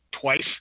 twice